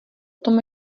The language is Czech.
tom